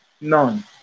None